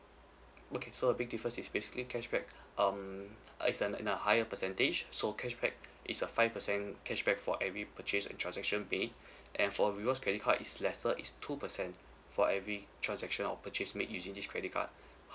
okay so the big difference is basically cashback um it's an in a higher percentage so cashback it's a five percent cashback for every purchase and transaction made and for rewards credit card is lesser is two percent for every transaction or purchase made using this credit card